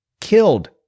killed